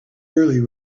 early